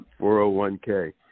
401k